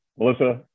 Melissa